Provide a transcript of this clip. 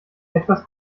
etwas